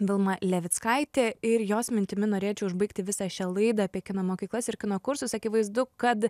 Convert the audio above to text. vilma levickaitė ir jos mintimi norėčiau užbaigti visą šią laidą apie kino mokyklas ir kino kursus akivaizdu kad